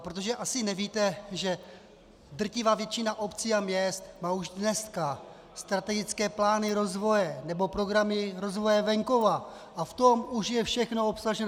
Protože asi nevíte, že drtivá většina obcí a měst má už dneska strategické plány rozvoje nebo programy rozvoje venkova a v tom už je všechno obsaženo.